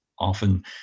Often